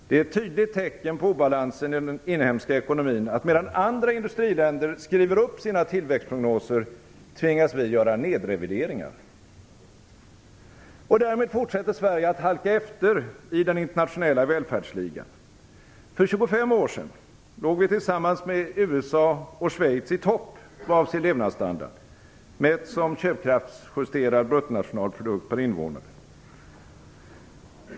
Det är ett tydligt tecken på obalansen i den inhemska ekonomin att medan andra industriländer skriver upp sina tillväxtprognoser tvingas vi göra nedrevideringar. Därmed fortsätter Sverige att halka efter i den internationella välfärdsligan. För 25 år sedan låg vi tillsammans med USA och Schweiz i topp vad avser levnadsstandard, mätt som köpkraftsjusterad bruttonationalprodukt per invånare.